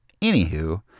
Anywho